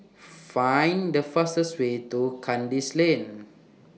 Find The fastest Way to Kandis Lane